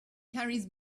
carries